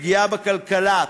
פגיעה בכלכלה.